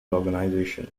organisation